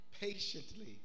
patiently